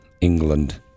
England